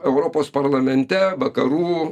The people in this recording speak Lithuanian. europos parlamente vakarų